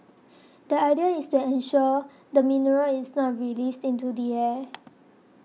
the idea is to ensure the mineral is not released into the air